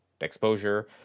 exposure